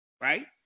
Right